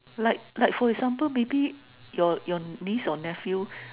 like like for example maybe your your niece or nephew